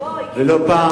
ולא פעם